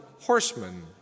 horsemen